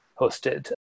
hosted